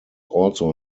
also